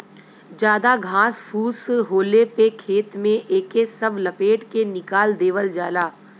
जादा घास फूस होले पे खेत में एके सब लपेट के निकाल देवल जाला